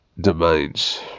domains